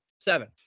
Seven